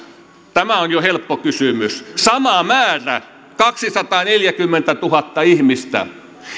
tämä on jo helppo kysymys sama määrä kaksisataaneljäkymmentätuhatta ihmistä